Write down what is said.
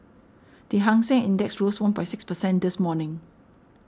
the Hang Seng Index rose one six percent this morning